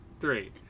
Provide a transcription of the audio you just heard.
three